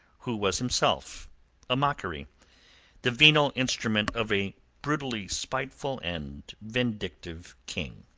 who was himself a mockery the venal instrument of a brutally spiteful and vindictive king.